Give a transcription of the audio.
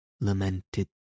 lamented